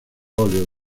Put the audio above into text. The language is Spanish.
óleo